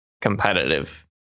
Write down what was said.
competitive